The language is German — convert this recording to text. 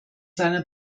seiner